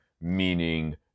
Meaning